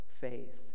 faith